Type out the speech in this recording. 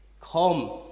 Come